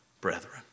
brethren